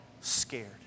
scared